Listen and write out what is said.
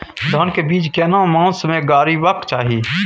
धान के बीज केना मास में गीरावक चाही?